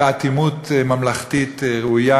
באטימות ממלכתית ראויה